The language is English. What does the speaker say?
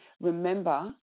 remember